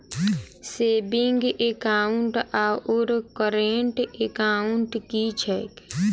Saving account आओर current account की छैक?